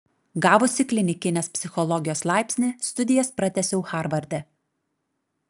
gavusi klinikinės psichologijos laipsnį studijas pratęsiau harvarde